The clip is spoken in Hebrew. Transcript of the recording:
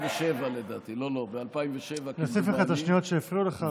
2017. אוסיף לך את השניות שהפריעו לך.